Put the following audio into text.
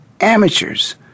amateurs